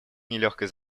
нелегкой